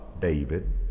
David